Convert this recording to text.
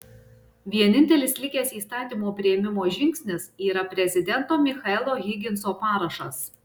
vienintelis likęs įstatymo priėmimo žingsnis yra prezidento michaelo higginso parašas